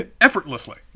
effortlessly